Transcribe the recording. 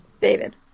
David